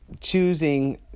choosing